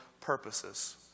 purposes